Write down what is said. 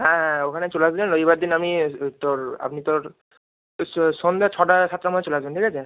হ্যাঁ হ্যাঁ ওখানে চলে আসবেন রবিবার দিন আমার তোর আপনি তোর সন্ধ্যা ছটার সাতটার মধ্যে চলে আসবেন ঠিক আছে